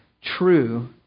true